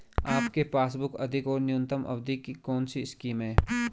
आपके पासबुक अधिक और न्यूनतम अवधि की कौनसी स्कीम है?